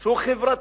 שהוא חברתי,